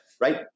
Right